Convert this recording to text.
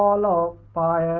la la